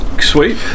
Sweet